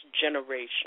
generation